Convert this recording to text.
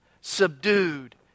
subdued